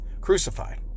crucified